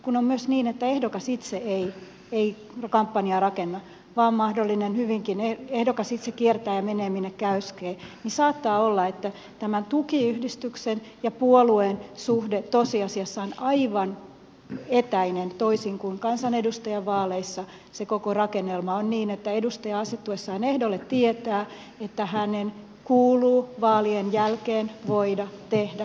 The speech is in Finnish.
kun on myös niin että ehdokas itse ei kampanjaa rakenna vaan ehdokas kiertää ja menee minne käsketään niin saattaa olla että tämän tukiyhdistyksen ja puolueen suhde tosiasiassa on aivan etäinen toisin kuin kansanedustajavaaleissa se koko rakennelma on niin että edustaja asettuessaan ehdolle tietää että hänen kuuluu vaalien jälkeen voida tehdä se ilmoitus